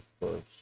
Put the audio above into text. first